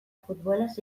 futbolaz